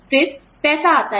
फिर पैसा आता है